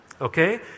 Okay